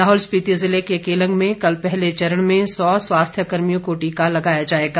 लाहौल स्पिति जिले के केलंग में कल पहले चरण में सौ स्वास्थ्य कर्मियों को टीका लगाया जाएगा